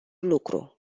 lucru